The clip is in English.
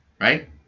right